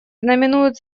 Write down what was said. знаменует